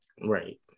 Right